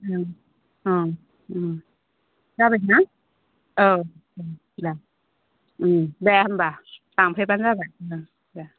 औ अ जाबाय ना औ देह देह होम्बा लांफैबानो जाबाय अ देह